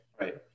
Right